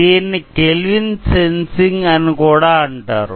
దీన్ని Kelvin sensing అని కూడా అంటారు